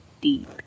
deep